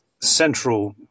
Central